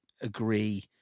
agree